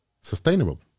sustainable